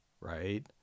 Right